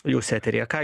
jūs eteryje ką